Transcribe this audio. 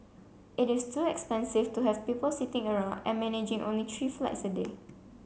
it is too expensive to have people sitting around and managing only tree flights a day